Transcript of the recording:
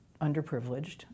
underprivileged